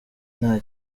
nta